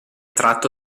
tratto